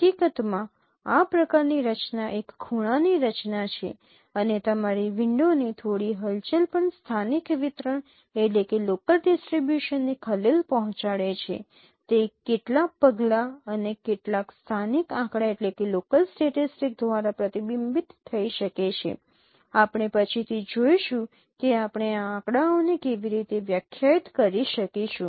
હકીકત માં આ પ્રકારની રચના એક ખૂણાની રચના છે અને તમારી વિન્ડો ની થોડી હલચલ પણ સ્થાનિક વિતરણ ને ખલેલ પહોંચાડે છે તે કેટલાક પગલા અને કેટલાક સ્થાનિક આંકડા દ્વારા પ્રતિબિંબિત થઈ શકે છે આપણે પછીથી જોઈશું કે આપણે આ આંકડાઓને કેવી રીતે વ્યાખ્યાયિત કરી શકીશું